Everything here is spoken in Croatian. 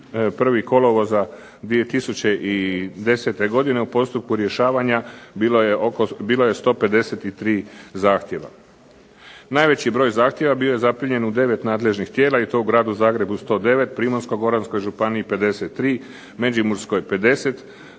31. kolovoza 2010. u postupku rješavanja bilo je 153 zahtjeva. Najveći broj zahtjeva bio je zaprimljen u 9 nadležnih tijela i to u Gradu Zagrebu 109, Primorsko-goranskoj županiji 53, Međimurskoj 50,